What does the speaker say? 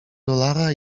dolara